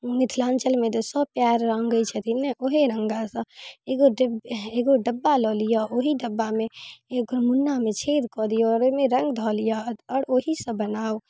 मिथिलाञ्चलमे तऽ सब पयर रङ्गै छथिन ने उहे रङ्गसँ एगो डि एगो डब्बा लऽ लिअ ओही डब्बा मऽ एगो मुन्ना मे छेद कऽ दियौ और ओयमे रंग धऽ लिअ और ओहीसँ बनाउ